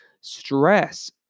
stress